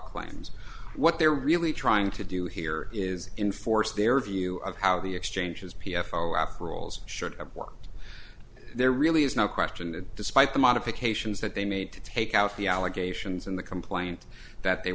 claims what they're really trying to do here is in force their view of how the exchanges p f are after rules should have worked there really is no question that despite the modifications that they made to take out the allegations in the complaint that they